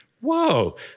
whoa